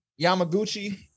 Yamaguchi